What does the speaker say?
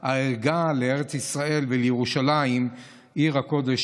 עם הערגה לארץ ישראל ולירושלים עיר הקודש,